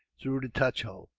through the touch hole.